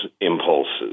impulses